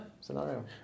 Scenario